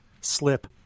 slip